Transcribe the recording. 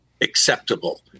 acceptable